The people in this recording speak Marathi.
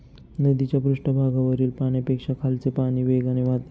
नदीच्या पृष्ठभागावरील पाण्यापेक्षा खालचे पाणी वेगाने वाहते